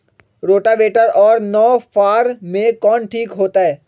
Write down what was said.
Rotavator और नौ फ़ार में कौन ठीक होतै?